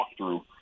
walkthrough